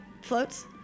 floats